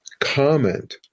comment